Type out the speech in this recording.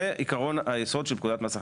זה עיקרון היסוד של פקודת מס הכנסה,